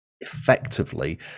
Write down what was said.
effectively